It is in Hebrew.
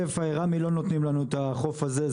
רמ"י לא נותנים לנו את החוף הזה,